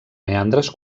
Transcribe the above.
meandres